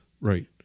Right